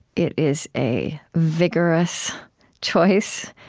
it is a vigorous choice,